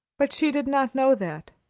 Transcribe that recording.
but she did not know that.